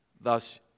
Thus